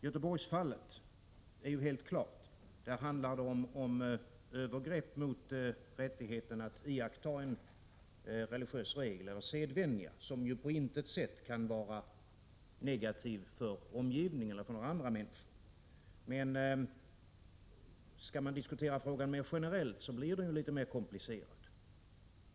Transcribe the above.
Göteborgsfallet är helt klart; det handlar om övergrepp mot rättigheten att iaktta en religiös regel eller sedvänja, som på intet sätt kan vara negativ för omgivningen eller för andra människor. Skall man diskutera frågan mera generellt blir det emellertid litet mera komplicerat.